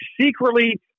secretly